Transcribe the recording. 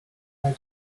were